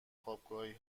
خوابگاهی